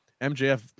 MJF